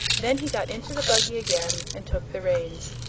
then he got into the buggy again and took the reins,